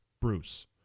Bruce